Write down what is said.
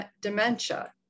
dementia